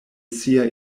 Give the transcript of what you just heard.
sia